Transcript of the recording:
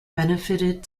benefited